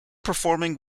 performing